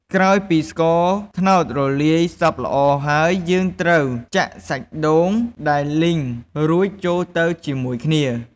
ក្រោយពីស្ករត្នោតរលាយសព្វល្អហើយ យើងត្រូវចាក់សាច់ដូង ដែលលីងរួចចូលទៅជាមួយគ្នា ។